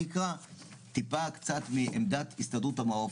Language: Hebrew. אני אקרא קצת מעמדת הסתדרות המעוף,